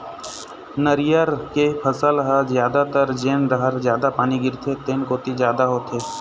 नरियर के फसल ह जादातर जेन डहर जादा पानी गिरथे तेन कोती जादा होथे